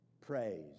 praise